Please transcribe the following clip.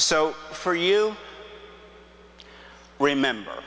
so for you remember